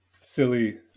silly